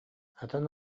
атын